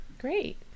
Great